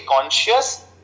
conscious